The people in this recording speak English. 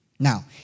Now